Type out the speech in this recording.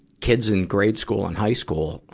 kids in grade school and high school,